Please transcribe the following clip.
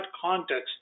context